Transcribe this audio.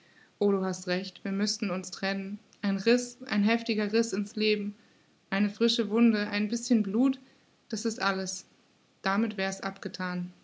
o du hast recht wir müßten uns trennen ein riß ein heftiger riß in's leben eine frische wunde ein bißchen blut das ist alles damit wär es abgethan